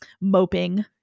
moping